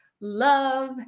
love